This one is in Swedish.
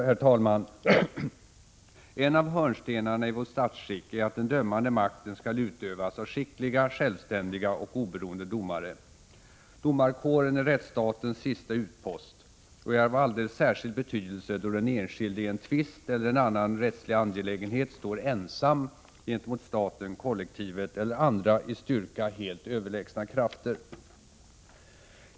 Herr talman! En av hörnstenarna i vårt statsskick är att den dömande makten skall utövas av skickliga, självständiga och oberoende domare. Domarkåren är rättsstatens sista utpost och är av alldeles särskild betydelse då den enskilde i en tvist eller annan rättslig angelägenhet står ensam gentemot staten, kollektivet eller andra i styrka helt överlägsna krafter.